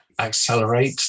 accelerate